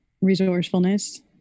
Resourcefulness